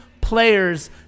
players